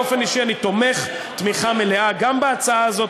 באופן אישי אני תומך תמיכה מלאה גם בהצעה הזאת,